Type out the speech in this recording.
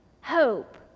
hope